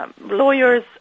Lawyers